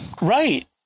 right